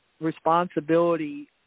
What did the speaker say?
responsibility